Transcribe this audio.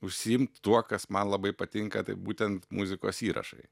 užsiimt tuo kas man labai patinka tai būtent muzikos įrašai